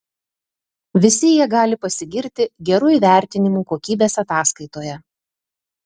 visi jie gali pasigirti geru įvertinimu kokybės ataskaitoje